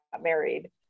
married